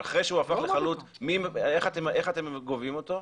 אחרי שהוא הפך לחלוט איך אתם גובים אותו?